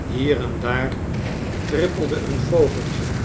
hier en daar trippelde een vogeltje